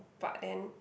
but then